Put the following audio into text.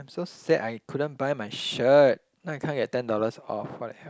I'm so sad I couldn't buy my shirt now I can't get ten dollars off what the hell